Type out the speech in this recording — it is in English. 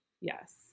Yes